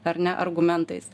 ar ne argumentais